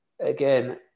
again